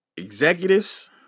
executives